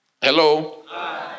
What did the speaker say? Hello